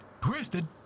twisted